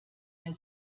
der